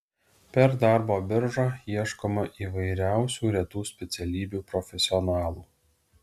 per darbo biržą ieškoma įvairiausių retų specialybių profesionalų